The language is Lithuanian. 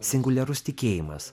singuliarus tikėjimas